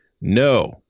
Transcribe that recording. No